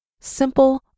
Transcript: simple